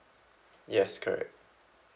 yes correct